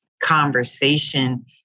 conversation